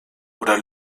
oder